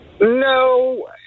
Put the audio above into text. No